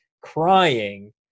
crying